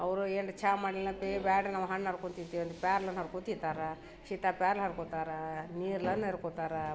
ಅವರು ಏನು ಚಾ ಮಾಡ್ಲೇನು ಅಪ್ಪಿ ಬೇಡ್ರಿ ನಾವು ಹಣ್ಣು ಹರ್ಕೊಂಡ್ ತಿಂತೀವಿ ಅಂತ ಪ್ಯಾರ್ಲೆ ಹಣ್ ಹರ್ಕೊಂ ತಿಂತಾರೆ ಸೀತಪ್ಯಾರ್ಲೆ ಹರ್ಕೊತಾರೆ ನೇರ್ಲ್ ಹಣ್ ಹರ್ಕೊತಾರೆ